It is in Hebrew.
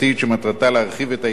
חוק ומשפט יעלה ויבוא,